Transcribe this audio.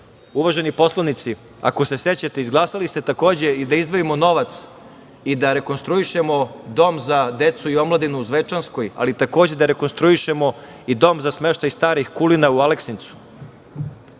uvaženi poslanici, ako se sećate, izglasali ste takođe da izdvojimo novac i da rekonstruišemo Dom za decu i omladinu u Zvečanskoj, ali takođe da rekonstruišemo i Dom za smeštaj starih „Kulina“ u Aleksincu.